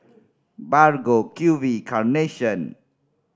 Bargo Q V Carnation